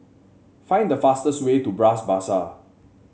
find the fastest way to Bras Basah